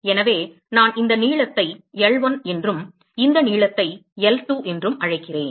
எனவே நான் இந்த நீளத்தை L1 என்றும் இந்த நீளத்தை L2 என்றும் அழைக்கிறேன்